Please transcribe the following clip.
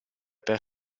per